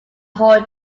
whole